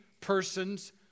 persons